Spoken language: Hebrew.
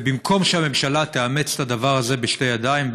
ובמקום שהממשלה תאמץ את הדבר הזה בשתי ידיים,